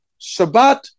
Shabbat